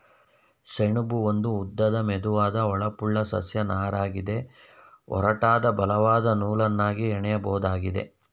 ಸೆಣಬು ಒಂದು ಉದ್ದದ ಮೆದುವಾದ ಹೊಳಪುಳ್ಳ ಸಸ್ಯ ನಾರಗಿದೆ ಒರಟಾದ ಬಲವಾದ ನೂಲನ್ನಾಗಿ ಹೆಣಿಬೋದಾಗಿದೆ